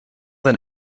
than